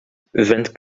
vingt